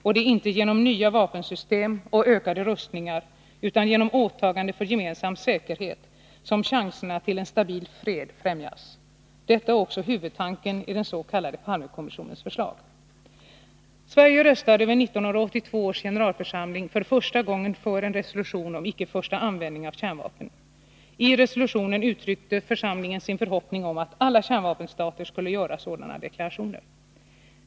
Det är inte genom nya vapensystem och ökade rustningar, utan genom åtaganden för gemensam säkerhet, som chanserna till en stabil fred främjas. Detta är också huvudtanken i den s.k. Palmekommissionens rapport. Sverige röstade vid 1982 års generalförsamling för första gången för en resolution om icke första användning av kärnvapen. I resolutionen uttryckte församlingen sin förhoppning om att alla kärnvapenstater skulle göra sådana deklarationer.